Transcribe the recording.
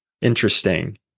interesting